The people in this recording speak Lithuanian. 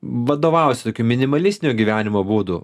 vadovaujuosi tokiu minimalistiniu gyvenimo būdu